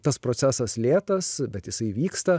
tas procesas lėtas bet jisai vyksta